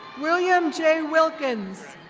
william j. wilkins.